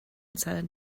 said